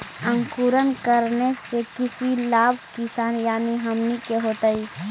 अंकुरण करने से की लाभ किसान यानी हमनि के होतय?